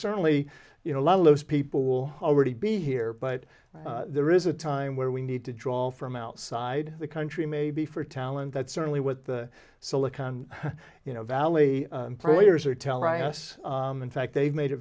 certainly you know a lot of those people will already be here but there is a time where we need to draw from outside the country maybe for talent that's certainly what the silicon valley players are telling us in fact they've made it